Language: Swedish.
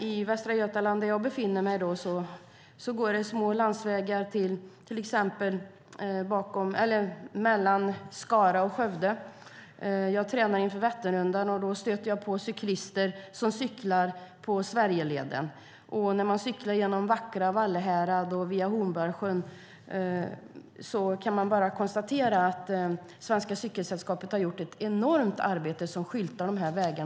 I Västra Götaland, där jag brukar befinna mig, går det små landsvägar mellan Skara och Skövde. Jag tränar inför Vätternrundan och stöter då på cyklister som cyklar på Sverigeleden. När man cyklar genom vackra Vallehärad och via Hornborgasjön kan man bara konstatera att Svenska Cykelsällskapet har gjort ett enormt arbete med att skylta dessa vägar.